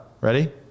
Ready